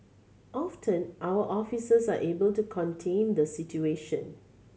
often our officers are able to contain the situation